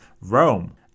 Rome